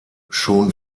schon